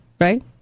Right